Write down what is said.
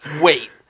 Wait